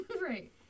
Right